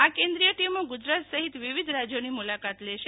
આ કેન્દ્રીય ટીમો ગુજરાત સહિત વીવિધ રાજ્યોની મુલાકાત લેશે